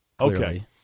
Okay